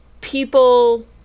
people